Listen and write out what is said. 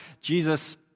Jesus